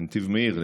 בנתיב מאיר,